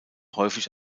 häufig